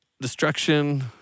destruction